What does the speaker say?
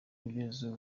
kugeza